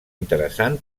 interessant